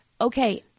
Okay